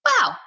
Wow